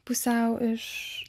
pusiau iš